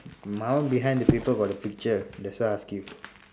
my one behind the paper got the picture that's why I asked you